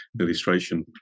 illustration